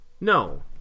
No